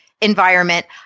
environment